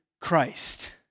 Christ